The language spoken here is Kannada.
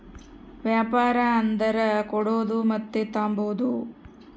ವ್ಯಾಪಾರ ಅಂದರ ಕೊಡೋದು ಮತ್ತೆ ತಾಂಬದು